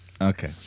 Okay